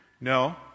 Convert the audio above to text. No